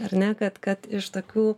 ar ne kad kad iš tokių